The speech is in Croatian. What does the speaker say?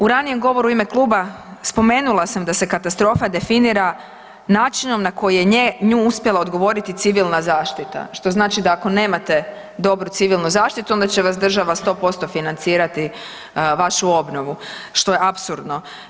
U ranijem govoru ime kluba spomenula sam da se katastrofa definira načinom na koji je nju uspjela odgovoriti civilna zaštita, što znači ako nemate dobru civilnu zaštitu onda će vas država 100% financirati vašu obnovu što je apsurdno.